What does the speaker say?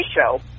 show